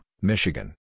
Michigan